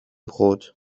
brot